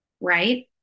right